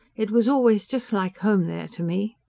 it was always just like home there to me.